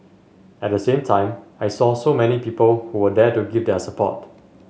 at the same time I saw so many people who were there to give their support